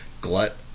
glut